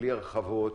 בלי הרחבות,